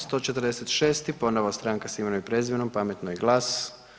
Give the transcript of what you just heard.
146. ponovo Stranka s imenom i prezimenom, Pametno i GLAS.